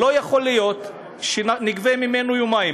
לא יכול להיות שנגבה ממנו עבור יומיים.